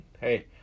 hey